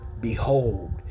behold